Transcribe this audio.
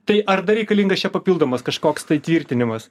tai ar dar reikalingas čia papildomas kažkoks tai tvirtinimas